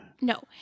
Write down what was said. No